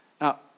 Now